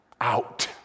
out